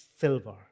silver